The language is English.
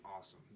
awesome